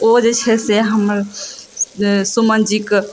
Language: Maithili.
ओ जे छै से हमर सुमन जीकऽ